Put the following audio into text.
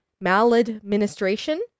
maladministration